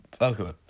Okay